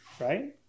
Right